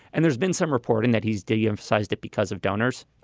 and there's been some reporting that he's de-emphasized it because of donors,